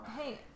Hey